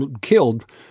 killed